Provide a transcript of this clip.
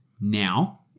now